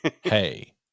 hey